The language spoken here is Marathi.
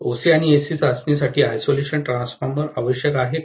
ओसी आणि एससी चाचणीसाठी आयसोलेशन ट्रान्सफॉर्मर आवश्यक आहे का